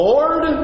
Lord